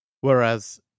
Whereas